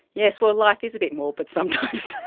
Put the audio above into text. yes, well, life is a bit morbid but sometimes. so